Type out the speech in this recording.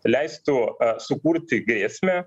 leistų sukurti grėsmę